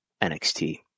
nxt